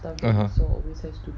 ya